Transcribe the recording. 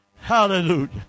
Hallelujah